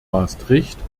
maastricht